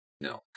No